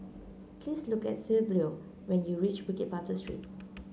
please look for Silvio when you reach Bukit Batok Street